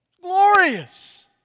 Glorious